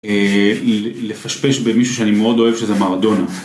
לפשפש במישהו שאני מאוד אוהב שזה מרדונה.